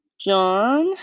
John